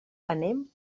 anem